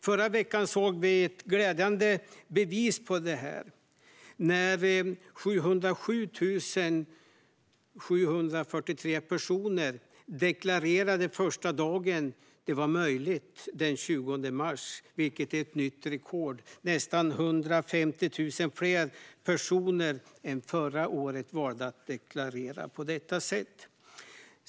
Förra veckan såg vi ett glädjande bevis på detta när 707 743 personer deklarerade första dagen som det var möjligt, den 20 mars, vilket är nytt rekord. Nästan 150 000 fler personer än förra året valde att deklarera på detta sätt.